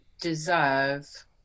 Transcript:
deserve